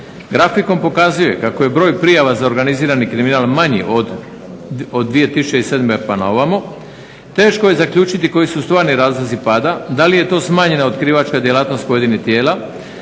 Grafikon pokazuje kako je broj prijava za organizirani kriminal manji od 2007. pa na ovamo. Teško je zaključiti koji su stvari razlozi pada. Da li je to smanjenja otkrivačka djelatnost pojedinih tijela,